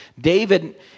David